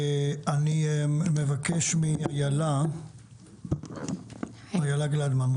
אני מבקש מאיילה גלדמן,